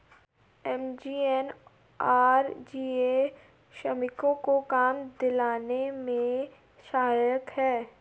MGNREGA श्रमिकों को काम दिलाने में सहायक है